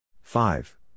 Five